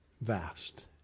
vast